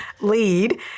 lead